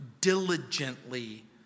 diligently